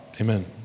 Amen